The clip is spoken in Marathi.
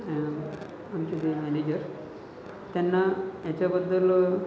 आमचे जे मॅनेजर त्यांना याच्याबद्दल